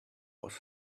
was